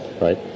right